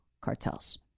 cartels